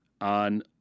on